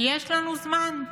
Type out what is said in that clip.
כי יש לנו זמן.